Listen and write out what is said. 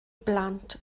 blant